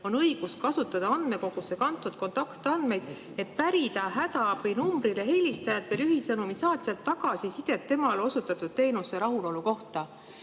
on õigus kasutada andmekogusse kantud kontaktandmeid, et pärida hädaabinumbrile helistajalt või lühisõnumi saatjalt tagasisidet temale osutatud teenusega rahulolu kohta."